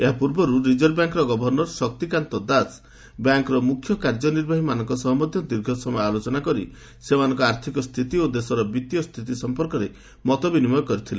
ଏହା ପୂର୍ବରୁ ରିଜର୍ଭ ବ୍ୟାଙ୍କର ଗଭର୍ଣ୍ଣର ଶକ୍ତିକାନ୍ତ ଦାସ ବ୍ୟାଙ୍କର ମୁଖ୍ୟ କାର୍ଯ୍ୟନିର୍ବାହୀମାନଙ୍କ ସହ ମଧ୍ୟ ଦୀର୍ଘସମୟ ଆଲୋଚନା କରି ସେମାନଙ୍କର ଆର୍ଥିକ ସ୍ଥିତି ଓ ଦେଶର ବିଭୀୟ ସ୍ଥିତି ସଂପର୍କରେ ମତ ବିନିମୟ କରିଥିଲେ